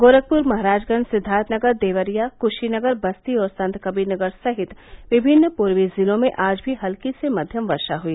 गोरखपुर महराजगंज सिद्वार्थनगर देवरिया कूशीनगर बस्ती और संतकबीरनगर सहित विभिन्न पूर्वी जिलों में आज भी हल्की से मव्यम बारिश हुई